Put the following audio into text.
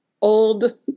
old